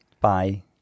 Bye